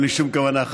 אין לי שום כוונה,